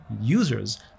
users